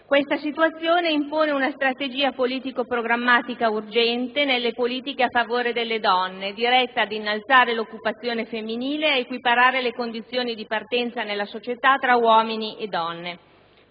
Tale situazione impone una strategia politico-programmatica urgente nelle politiche a favore delle donne, diretta ad innalzare l'occupazione femminile e ad equiparare le condizioni di partenza nella società tra uomini e donne.